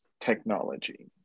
technology